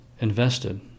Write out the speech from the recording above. invested